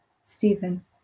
Stephen